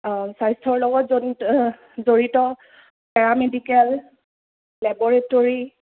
স্বাস্থ্যৰ লগত জনিত জড়িত পেৰামেডিকেল লেবৰেটৰী